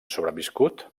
sobreviscut